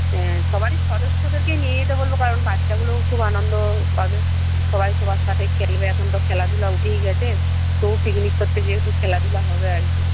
হ্যাঁ সবারই সদস্যদেরকেই নিয়ে যেতে বলব কারণ বাচ্চাগুলোও খুব আনন্দ পাবে সবাই সবার সাথে খেলবে এখন তো খেলাধুলা উঠেই গেছে তবু পিকনিক করতে যেহেতু খেলাধুলা হবে আর কি